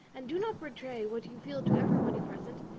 and do not betray what you feel to every body present.